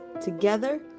Together